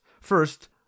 First